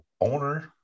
owner